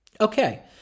Okay